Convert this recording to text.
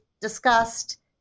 discussed